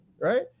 Right